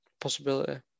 Possibility